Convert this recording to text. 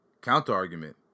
Counter-argument